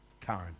Karen